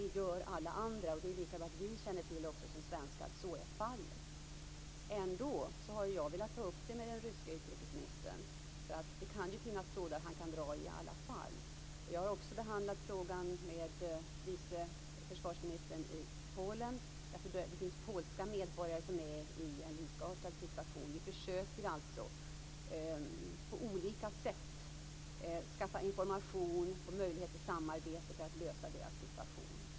Det gör alla andra, och det är lika bra att vi som svenskar också känner till att så är fallet. Jag har ändå velat ta upp detta med den ryske utrikesministern, eftersom det kan finnas trådar som han kan dra i. Jag har också behandlat frågan med den vice försvarsministern i Polen, eftersom det finns polska medborgare som befinner sig i en likartad situation. Vi försöker alltså att på olika sätt skaffa information och möjlighet till samarbete för att komma till rätta med denna situation.